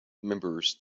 members